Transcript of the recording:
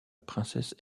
princesse